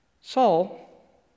Saul